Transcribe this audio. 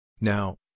Now